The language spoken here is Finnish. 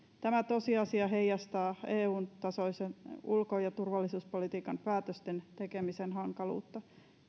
tämä tosiasia heijastaa eun tasoisen ulko ja turvallisuuspolitiikan päätösten tekemisen hankaluutta